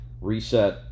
reset